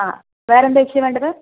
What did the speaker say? ആ വേറെയെന്താ ചേച്ചി വേണ്ടത്